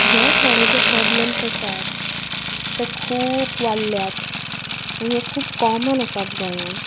हे थोडे जे प्रोब्लेम्स आसात ते खूब वाडल्यात आनी हें खूब कॉमन आसात गोंयान